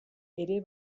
ere